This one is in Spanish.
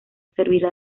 servirá